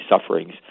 sufferings